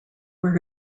where